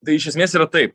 tai iš esmės yra taip